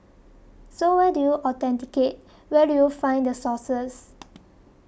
so where do you authenticate where do you find the sources